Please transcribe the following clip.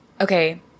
Okay